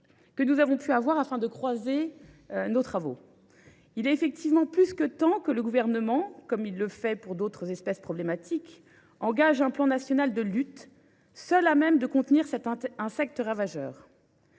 qui ont permis de croiser nos travaux. Il est en effet plus que temps que le Gouvernement, comme il le fait pour d’autres espèces problématiques, engage un plan national de lutte, seul à même de contenir cet insecte ravageur.